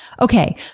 Okay